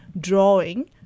drawing